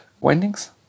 windings